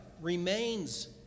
remains